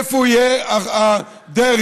איפה יהיה דרעי,